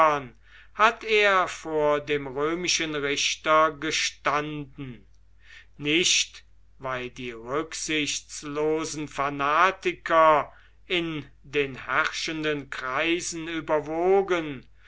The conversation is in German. hat er vor dem römischen richter gestanden nicht weil die rücksichtslosen fanatiker in den herrschenden kreisen überwogen